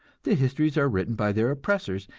the histories are written by their oppressors,